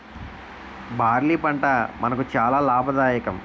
barley పంట మనకు చాలా లాభదాయకం